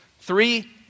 three